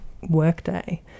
Workday